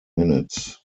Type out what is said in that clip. minutes